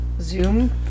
Zoom